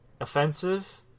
offensive